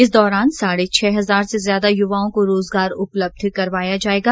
इस दौरान साढ़े छह हजार से ज्यादा युवाओं को रोजगार उपलब्ध कराया जाएगा